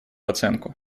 оценку